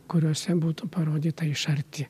kuriose būtų parodyta iš arti